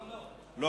לא, לא.